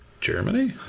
Germany